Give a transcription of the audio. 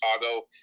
Chicago